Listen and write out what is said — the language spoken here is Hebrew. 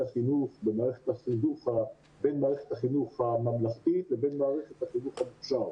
בין מערכת החינוך הממלכתית לבין מערכת החינוך ה- --.